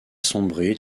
sombré